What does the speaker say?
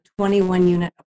21-unit